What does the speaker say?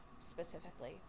specifically